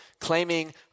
claiming